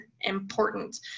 important